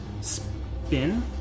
spin